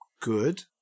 good